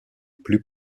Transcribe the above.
plus